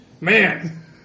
Man